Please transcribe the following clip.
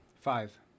Five